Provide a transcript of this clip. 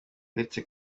uretse